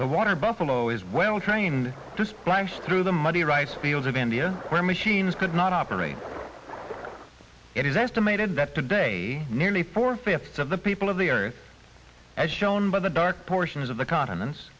the water buffalo is well trained to splash through the muddy rice fields of india where machines could not operate it is estimated that today nearly four fifths of the people of the earth as shown by the dark portions of the continen